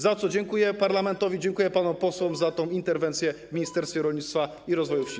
Za to dziękuję parlamentowi, dziękuję panom posłom za tę interwencję w Ministerstwie Rolnictwa i Rozwoju Wsi.